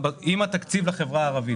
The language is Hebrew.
עם התקציב לחברה הערבית,